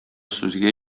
сүзгә